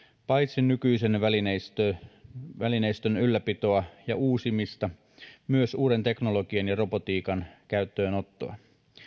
paitsi nykyisen välineistön välineistön ylläpitoa ja uusimista myös uuden teknologian ja robotiikan käyttöönottoa